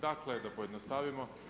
Dakle, da pojednostavimo.